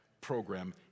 program